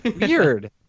Weird